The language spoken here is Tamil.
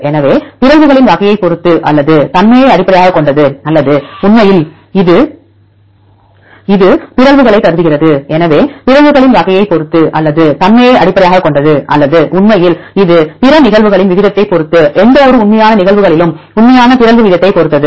எனவே பிறழ்வுகளின் வகையைப் பொறுத்து அல்லது தன்மையை அடிப்படையாகக் கொண்டது அல்லது உண்மையில் இது பிற நிகழ்வுகளின் விகிதத்தைப் பொறுத்து எந்தவொரு உண்மையான நிகழ்வுகளிலும் உண்மையான பிறழ்வு வீதத்தைப் பொறுத்தது